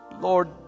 Lord